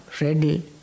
ready